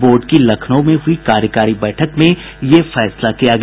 board की लखनऊ में हुई कार्यकारी बैठक में यह फैसला किया गया